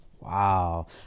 Wow